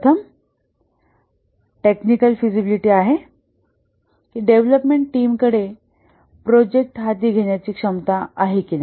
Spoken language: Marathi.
प्रथम टेक्निकल फिजिबिलिटी आहे की डेव्हलपमेंट टीमकडे प्रोजेक्ट हाती घेण्याची क्षमता आहे की नाही